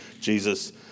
Jesus